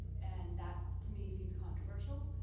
and that to me seems controversial,